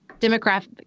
demographic